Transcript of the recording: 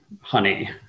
honey